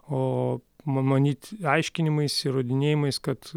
o m manyt aiškinimais įrodinėjimais kad